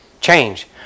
change